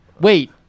Wait